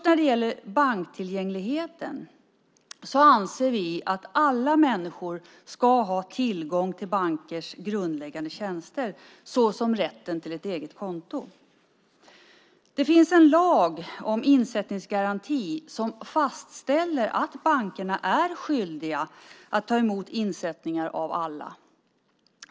När det gäller banktillgängligheten anser vi att alla människor ska ha tillgång till bankers grundläggande tjänster, som rätten till ett eget konto. Det finns en lag om insättningsgaranti som fastställer att bankerna är skyldiga att ta emot insättningar av alla.